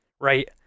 right